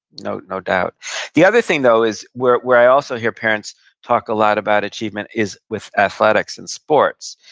no no doubt the other thing, though, is where where i also hear parents talk a lot about achievement is with athletics and sports.